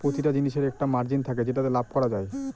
প্রতিটা জিনিসের একটা মার্জিন থাকে যেটাতে লাভ করা যায়